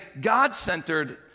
God-centered